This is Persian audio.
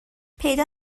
پیدا